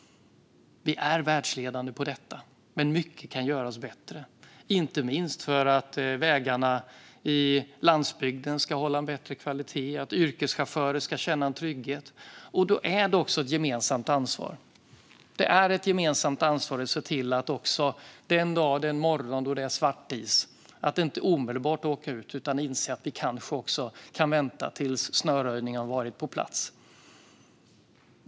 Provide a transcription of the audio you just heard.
Vi är världsledande på detta. Men mycket kan göras bättre, inte minst för att vägarna på landsbygden ska hålla bättre kvalitet och att yrkeschaufförerna ska känna trygghet. Men det är ett gemensamt ansvar. Det handlar till exempel om att inte omedelbart åka ut den morgon det är svartis och att vänta tills snöröjningen varit på plats.